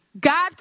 God